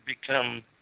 become